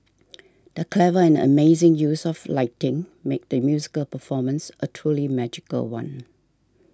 the clever and amazing use of lighting made the musical performance a truly magical one